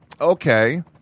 Okay